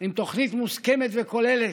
עם תוכנית מוסכמת וכוללת,